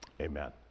Amen